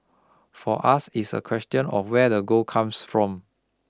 for us it's a question of where the gold comes from